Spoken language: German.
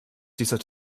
dieser